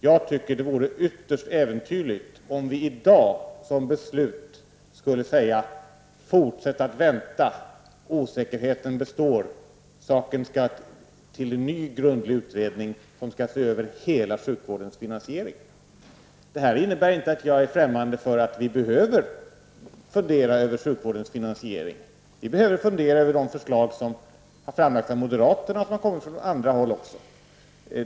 Jag tycker att det vore ytterst äventyrligt om vi som beslut skulle säga: Fortsätt att vänta. Osäkerheten består. Saken skall till ny grundlig utredning för att se över hela sjukvårdens finansiering. Detta innebär inte att jag är främmande för att vi behöver fundera över sjukvårdens finansiering. Vi behöver fundera över de förslag som har framlagts av moderaterna och som även har kommit från andra håll.